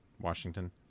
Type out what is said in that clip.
Washington